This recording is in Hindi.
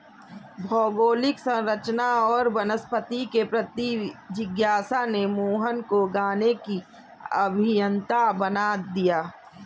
भौगोलिक संरचना और वनस्पति के प्रति जिज्ञासा ने मोहन को गाने की अभियंता बना दिया